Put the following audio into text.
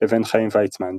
לבין חיים ויצמן,